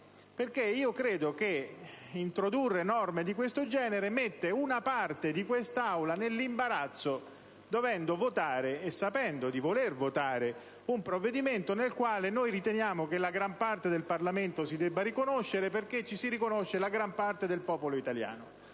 valutazione. Credo che introdurre norme di questo genere metta una parte di questa Aula in imbarazzo, dovendo votare e sapendo di dover votare un provvedimento nel quale riteniamo che la gran parte del Parlamento si debba riconoscere, perché in esso si riconosce la gran parte del popolo italiano.